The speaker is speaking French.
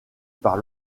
par